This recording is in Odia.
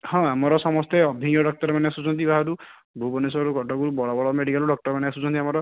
ହଁ ଆମର ସମସ୍ତେ ଅଭିଜ୍ଞ ଡକ୍ଟରମାନେ ଆସୁଛନ୍ତି ବାହାରୁ ଭୁବନେଶ୍ଵର କଟକରୁ ବଡ଼ ବଡ଼ ମେଡ଼ିକାଲରୁ ଡକ୍ଟରମାନେ ଆସୁଛନ୍ତି ଆମର